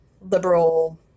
liberal